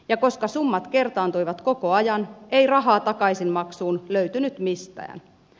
ja koska summat kertaantuivat koko ajan ei rahaa takaisinmaksuun löytynyt mistään